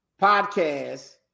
Podcast